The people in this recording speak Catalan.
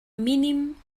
mínim